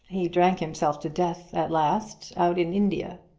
he drank himself to death at last, out in india.